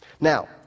Now